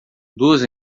duas